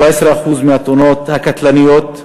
17% מהתאונות הקטלניות,